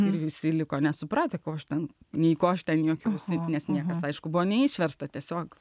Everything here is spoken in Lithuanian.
visi liko nesupratę ko aš ten nei ko aš ten juokiaus nes niekas aišku buvo neišversta tiesiog